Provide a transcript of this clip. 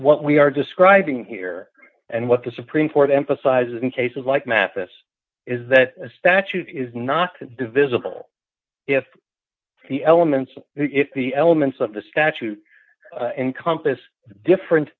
what we are describing here and what the supreme court emphasizes in cases like mathis is that a statute is not divisible if the elements if the elements of the statute encompass different